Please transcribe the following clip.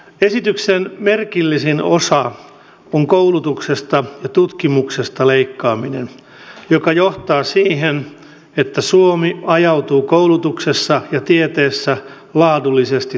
esityksen merkillisin osa on koulutuksesta ja tutkimuksesta leikkaaminen joka johtaa siihen että suomi ajautuu koulutuksessa ja tieteessä laadullisesti taaksepäin